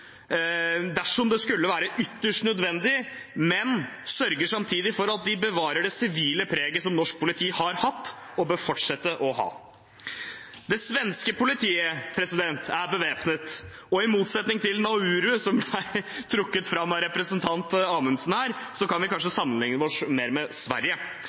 dersom det skulle være ytterst nødvendig, men sørger samtidig for at de bevarer det sivile preget som norsk politi har hatt og bør fortsette å ha. Det svenske politiet er bevæpnet, og i motsetning til Nauru, som ble trukket fram av representanten Amundsen, kan vi kanskje sammenligne oss mer med Sverige.